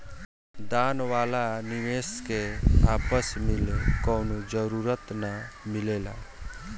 दान वाला निवेश के वापस मिले कवनो जरूरत ना मिलेला